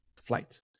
Flight